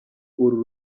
uru